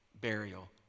burial